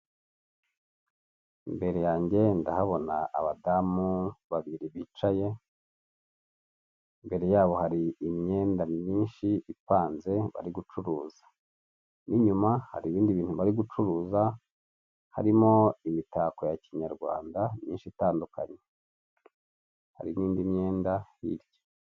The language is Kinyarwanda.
Imbere yanjye ndahabona abadamu babiri bicaye imbere yabo hari imyenda myinshi ipanze bari gucuruza ,n'inyuma hari ibindi bintu bari gucuruza harimo imitako ya kinyarwanda myinshi itandukanye hari n'indi myenda hirya .